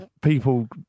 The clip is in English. people